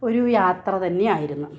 ഒരു യാത്ര തന്നെ ആയിരുന്നു